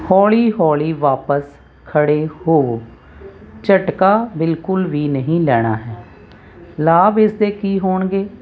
ਹੌਲੀ ਹੌਲੀ ਵਾਪਸ ਖੜ੍ਹੇ ਹੋਵੋ ਝਟਕਾ ਬਿਲਕੁਲ ਵੀ ਨਹੀਂ ਲੈਣਾ ਹੈ ਲਾਭ ਇਸਦੇ ਕੀ ਹੋਣਗੇ